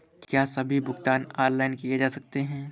क्या सभी भुगतान ऑनलाइन किए जा सकते हैं?